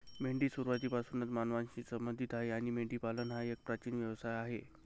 मेंढी सुरुवातीपासूनच मानवांशी संबंधित आहे आणि मेंढीपालन हा एक प्राचीन व्यवसाय आहे